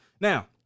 Now